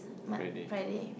Friday